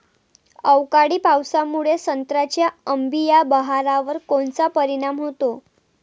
अवकाळी पावसामुळे संत्र्याच्या अंबीया बहारावर कोनचा परिणाम होतो?